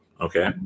okay